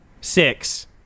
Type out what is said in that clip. Six